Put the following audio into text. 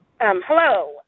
Hello